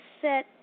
set